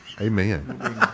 Amen